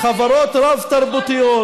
חברות רב-תרבותיות,